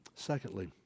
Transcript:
Secondly